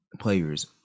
players